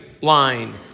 line